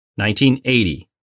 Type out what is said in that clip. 1980